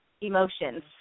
emotions